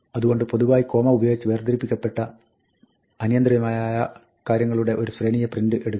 അതുകൊണ്ട് പൊതുവായി കോമ ഉപയോഗിച്ച് വേർതിരിക്കപ്പെട്ട അനിയന്ത്രിതമായ കാര്യങ്ങളുടെ ഒരു ശ്രേണിയെ പ്രിന്റ് എടുക്കുന്നു